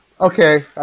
Okay